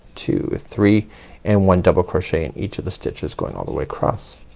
two, three and one double crochet in each of the stitches going all the way across.